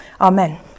Amen